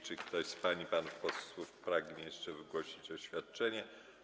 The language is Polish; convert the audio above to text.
Czy ktoś z pań i panów posłów pragnie jeszcze wygłosić oświadczenie?